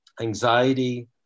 anxiety